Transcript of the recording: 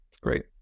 Great